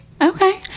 Okay